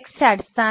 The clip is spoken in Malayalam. XML ൽ